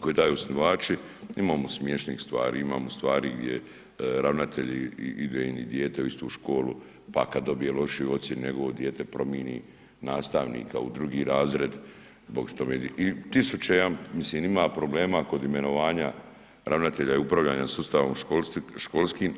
koje daju osnivači, imamo smiješnih stvari, imamo stvari gdje ravnatelj ide im i dijete u istu školu, pa kada dobije lošiju ocjenu njegovo dijete promini nastavnika u drugi razred i tisuće mislim ima problema kod imenovanja ravnatelja i upravljanja sustavom školskim.